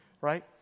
right